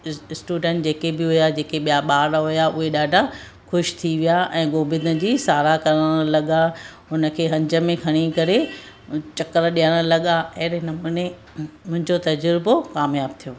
इस student जेके बि हुया जेके ॿिया ॿार हुया उहे ॾाढा ख़ुशि थी विया ऐं गोबिंद जी साराह करणु लॻा हुन खे हंज में खणी करे चकर ॾियण लॻा अहिड़े नमूने मुंहिंजो तजुर्बो कमयाबु थियो